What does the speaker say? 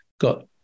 got